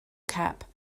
cap